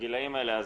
בגילאים האלה.